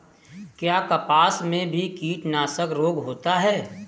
क्या कपास में भी कीटनाशक रोग होता है?